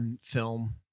film